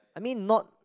I mean not